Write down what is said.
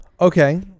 Okay